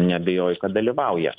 neabejoju kad dalyvauja